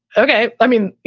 okay. i mean,